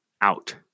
out